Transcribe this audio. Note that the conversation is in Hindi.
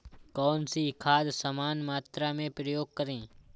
कौन सी खाद समान मात्रा में प्रयोग करें?